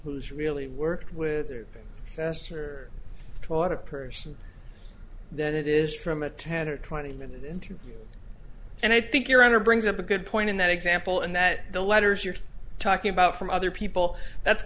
who's really worked with or faster toward a person than it is from a ten or twenty minute interview and i think your honor brings up a good point in that example and that the letters you're talking about from other people that's